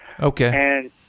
Okay